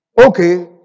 okay